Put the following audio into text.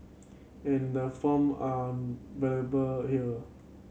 and the form are available here